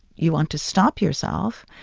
you want to stop yourself,